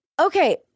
Okay